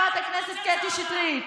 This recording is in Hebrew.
קטי שטרית,